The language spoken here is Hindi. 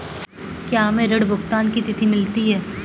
क्या हमें ऋण भुगतान की तिथि मिलती है?